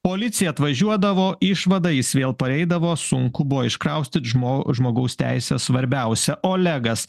policija atvažiuodavo išvada jis vėl pareidavo sunku buvo iškraustyt žmo žmogaus teisės svarbiausia olegas